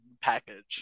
package